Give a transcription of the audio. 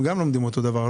הם גם לומדים אותו הדבר.